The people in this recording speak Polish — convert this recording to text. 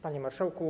Panie Marszałku!